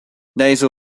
nasal